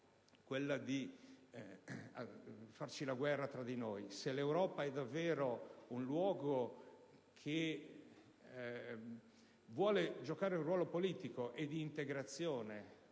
quella di farci la guerra tra di noi: se l'Europa è davvero un soggetto che vuole giocare un ruolo politico e di integrazione,